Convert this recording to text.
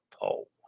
Pole